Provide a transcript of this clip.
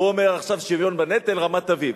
והוא אומר עכשיו: שוויון בנטל, רמת-אביב.